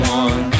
one